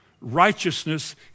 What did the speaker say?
righteousness